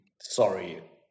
sorry